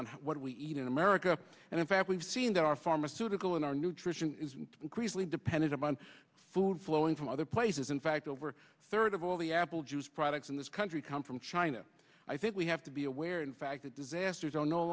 on what we eat in america and in fact we've seen that our pharmaceutical and our nutrition is increasingly dependent on food flowing from other places in fact over third of all the apple juice products in this country come from china i think we have to be aware in fact that disasters